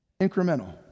Incremental